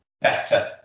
better